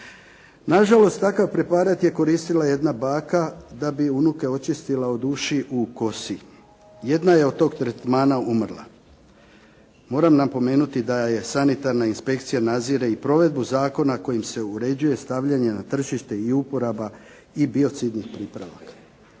Nažalost takav preparat je koristila i jedna baka da bi unuke očistila od ušiju u kosi. Jedna je od tog tretmana umrla. Moram napomenuti da sanitarna inspekcija nadzire i provedbu zakona kojim se uređuje stavljanje na tržište i uporaba i biocidnih pripavaka.